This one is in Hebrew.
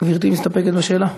גברתי מסתפקת בתשובה?